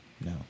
No